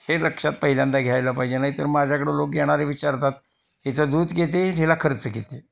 हे लक्षात पहिल्यांदा घ्यायला पाहिजे नाहीतर माझ्याकडं लोक येणारे विचारतात हिचं दूध किती तिला खर्च किती